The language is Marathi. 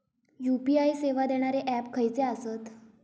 यू.पी.आय सेवा देणारे ऍप खयचे आसत?